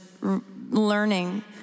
learning